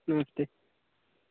नमस्ते